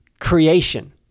creation